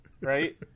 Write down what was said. Right